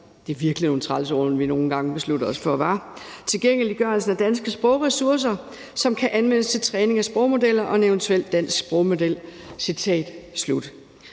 os for, hvad? – »af danske sprogressourcer, som kan anvendes til træning af sprogmodeller, og en eventuel dansk sprogmodel«.